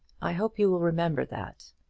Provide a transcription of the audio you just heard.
i hope you will remember that.